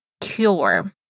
Cure